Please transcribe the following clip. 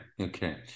okay